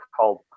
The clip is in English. called